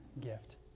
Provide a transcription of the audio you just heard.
gift